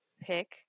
pick